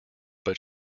but